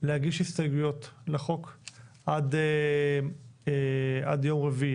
להגיש הסתייגויות לחוק עד יום רביעי